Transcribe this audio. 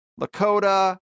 Lakota